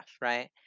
right